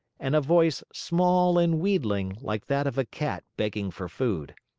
and a voice small and wheedling like that of a cat begging for food.